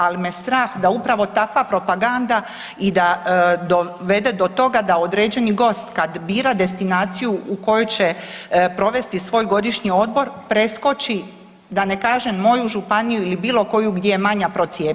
Ali me strah da upravo takva propaganda da dovede do toga da određeni gost kad bira destinaciju u kojoj će provesti svoj godišnji odmor preskoči da ne kažem moju županiju ili bilo koju gdje je manja procijepljenost.